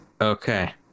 Okay